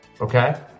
okay